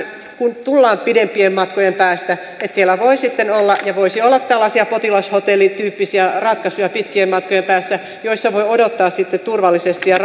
kun tullaan pidempien matkojen päästä että siellä voisi sitten olla tällaisia potilashotelli tyyppisiä ratkaisuja pitkien matkojen päässä joissa voi odottaa turvallisesti ja